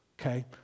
okay